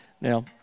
Now